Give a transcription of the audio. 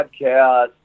podcast